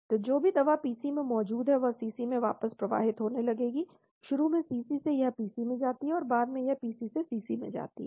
तो जो भी दवा PC में मौजूद है वह CC में वापस प्रवाहित होने लगेगी शुरू में CC से यह PC में जाती है और बाद में यह PC से CC में जाती है